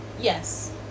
yes